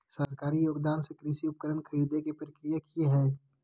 सरकारी योगदान से कृषि उपकरण खरीदे के प्रक्रिया की हय?